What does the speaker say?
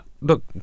look